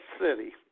city